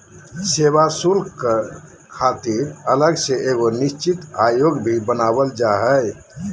सेवा शुल्क कर खातिर अलग से एगो निश्चित आयोग भी बनावल जा हय